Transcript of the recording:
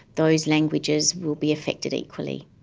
those languages will be affected equally.